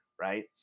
right